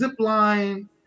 zipline